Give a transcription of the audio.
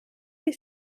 die